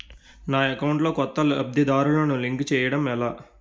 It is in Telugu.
నా అకౌంట్ లో కొత్త లబ్ధిదారులను లింక్ చేయటం ఎలా?